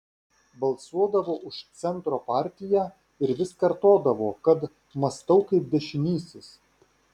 balsuodavo už centro partiją ir vis kartodavo kad mąstau kaip dešinysis